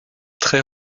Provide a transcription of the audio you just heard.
très